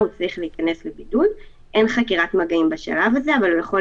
אין הבדל בין מבנים שיש בהם מקומות ישיבה, פה